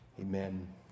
Amen